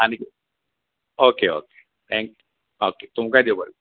आनी कितें okay okay thank you okay तुमकांय देव बरें करूं